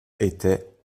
était